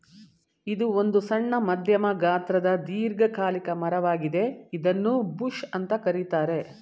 ಇದು ಒಂದು ಸಣ್ಣ ಮಧ್ಯಮ ಗಾತ್ರದ ದೀರ್ಘಕಾಲಿಕ ಮರ ವಾಗಿದೆ ಇದನ್ನೂ ಬುಷ್ ಅಂತ ಕರೀತಾರೆ